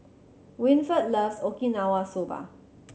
Winford loves Okinawa Soba